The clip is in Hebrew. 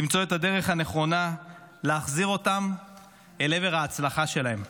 למצוא את הדרך הנכונה להחזיר אותם אל עבר ההצלחה שלהם.